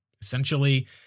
essentially